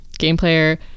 Gameplayer